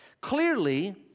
Clearly